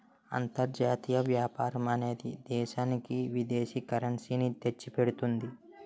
అంతర్జాతీయ వ్యాపారం అనేది దేశానికి విదేశీ కరెన్సీ ని తెచ్చిపెడుతుంది